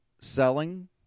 selling